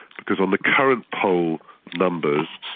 because on the current poll numbers,